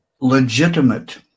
legitimate